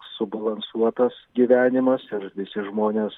subalansuotas gyvenimas ir visi žmonės